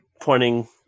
pointing